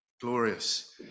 glorious